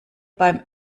beim